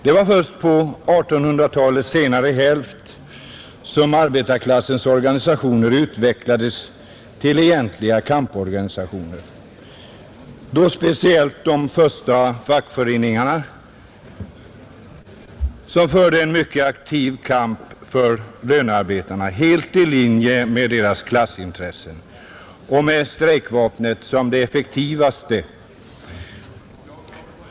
Det var först under 1800-talets senare hälft som arbetarklassens organisationer utvecklades till egentliga kamporganisationer, speciellt då de första fackföreningarna, som förde en mycket aktiv kamp för lönearbetarna, helt i linje med deras klassintressen och med strejkvapnet som det effektivaste.